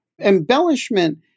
embellishment